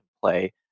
play